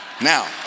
Now